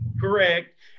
Correct